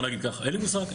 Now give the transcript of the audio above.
אין לי מושג.